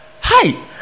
Hi